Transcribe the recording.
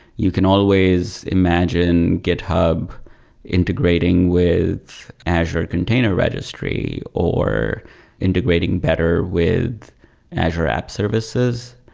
you can always imagine github integrating with azure container registry, or integrating better with azure app services.